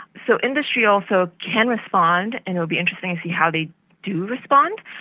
so industry also can respond, and it will be interesting to see how they do respond.